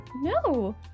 no